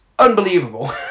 Unbelievable